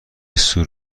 سور